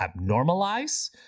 Abnormalize